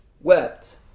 wept